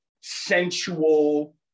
sensual